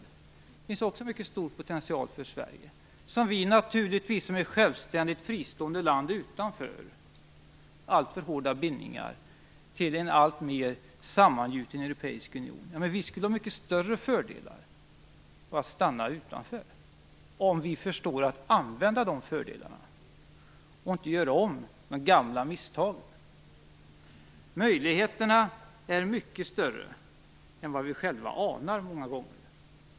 Där finns också en mycket stor potential för Sverige som ett självständigt fristående land utan alltför hårda bindningar till en alltmer sammangjuten europeisk union. Vi skulle ha mycket större fördelar av att stanna utanför om vi förstår att använda de fördelarna och inte gör om de gamla misstagen. Möjligheterna är mycket större än vad vi själva många gånger anar.